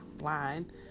line